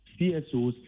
CSOs